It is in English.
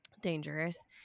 dangerous